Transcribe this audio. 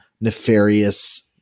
nefarious